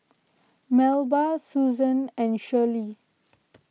Melba Susan and Schley